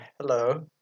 hello